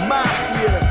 Mafia